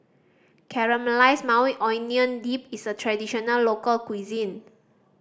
Caramelized Maui Onion Dip is a traditional local cuisine